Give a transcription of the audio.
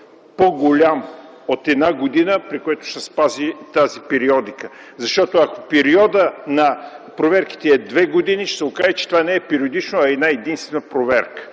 по-голям от една година, при който да се спази тази периодика. Защото ако периодът на проверките е две години, ще се окаже, че това не е периодично, а е една единствена проверка.